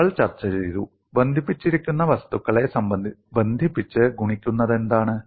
നമ്മൾ ചർച്ചചെയ്തു ബന്ധിപ്പിച്ചിരിക്കുന്ന വസ്തുക്കളെ ബന്ധിപ്പിച്ച് ഗുണിക്കുന്നതെന്താണ്